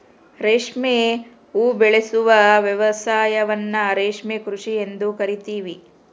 ರೇಷ್ಮೆ ಉಬೆಳೆಸುವ ವ್ಯವಸಾಯವನ್ನ ರೇಷ್ಮೆ ಕೃಷಿ ಎಂದು ಕರಿತೀವಿ